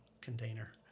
container